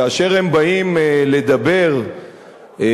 כאשר הם באים לדבר בשמה,